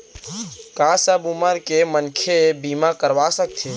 का सब उमर के मनखे बीमा करवा सकथे?